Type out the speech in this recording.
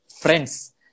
friends